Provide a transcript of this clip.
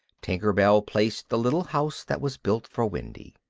tinker bell placed the little house that was built for wendy.